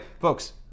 folks